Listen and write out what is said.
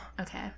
okay